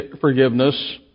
forgiveness